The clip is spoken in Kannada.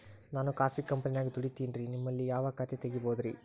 ನಾನು ಖಾಸಗಿ ಕಂಪನ್ಯಾಗ ದುಡಿತೇನ್ರಿ, ನಿಮ್ಮಲ್ಲಿ ಯಾವ ಖಾತೆ ತೆಗಿಬಹುದ್ರಿ?